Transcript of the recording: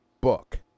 book